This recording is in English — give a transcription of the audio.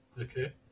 okay